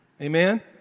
Amen